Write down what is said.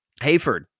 hayford